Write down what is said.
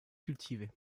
cultivée